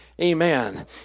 Amen